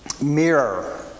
mirror